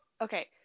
okay